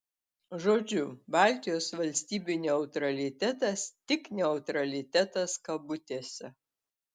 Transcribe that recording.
žodžiu baltijos valstybių neutralitetas tik neutralitetas kabutėse